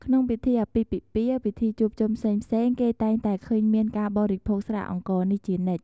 ក្នុងពិធីអាពាហ៍ពិពាហ៍ ពិធីជួបជុំផ្សេងៗគេតែងតែឃើញមាកការបរិភោគស្រាអង្ករនេះជានិច្ច។